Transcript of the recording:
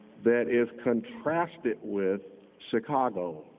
that is contrasted with chicago.